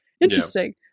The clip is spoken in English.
interesting